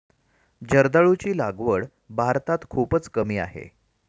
जर्दाळूची लागवड भारतात खूपच कमी आहे